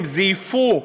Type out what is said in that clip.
הם זייפו,